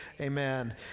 Amen